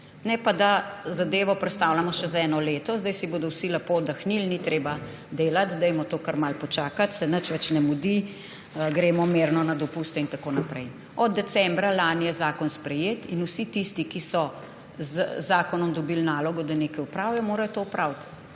Ne pa, da zadevo prestavljamo še za eno leto. Zdaj si bodo vsi lepo oddahnili, ni treba delati, dajmo to kar malo počakati, se nič več ne mudi, gremo mirno na dopuste. Od decembra lani je zakon sprejet in vsi tisti, ki so z zakonom dobili nalogo, da nekaj opravijo, morajo to opraviti.